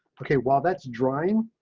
okay, well that's drying,